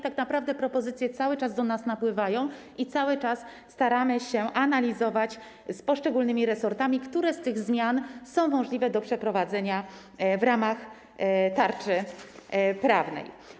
Tak naprawdę propozycje cały czas do nas napływają i cały czas staramy się analizować z poszczególnymi resortami, które z tych zmian są możliwe do przeprowadzenia w ramach tarczy prawnej.